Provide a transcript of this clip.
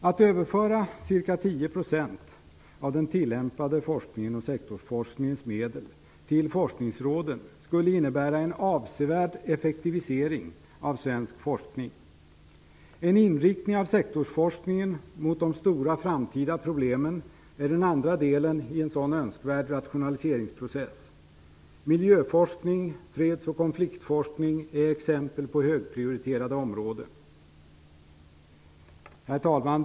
Att överföra ca 10 % av den tilllämpade forskningens och sektorsforskningens medel till forskningsråden skulle innebära en avsevärd effektivisering av svensk forskning. En inriktning av sektorsforskningen mot de stora framtida problemen är den andra delen i en sådan önskvärd rationaliseringsprocess. Miljöforskning, freds och konfliktforskning är exempel på högprioriterade områden. Herr talman!